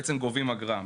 בעצם גובים אגרה.